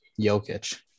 Jokic